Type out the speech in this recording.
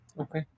okay